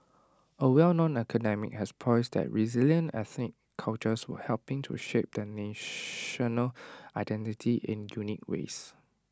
A well known academic has posited that resilient ethnic cultures were helping to shape the national identity in unique ways